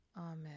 Amen